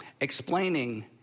Explaining